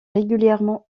régulièrement